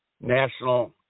national